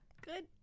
Good